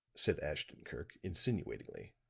said ashton-kirk, insinuatingly,